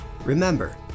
Remember